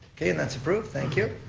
okay, and that's approved, thank you.